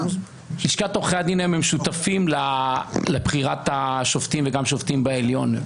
לשכת עורכי הדין היום הם שותפים לבחירת השופטים וגם שופטים בעליון.